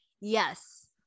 yes